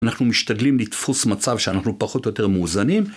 אנחנו משתדלים לתפוס מצב שאנחנו פחות או יותר מאוזנים.